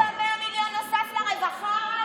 את תקציב ה-100 מיליון שנוספו לרווחה הרסנו?